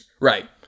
Right